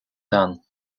done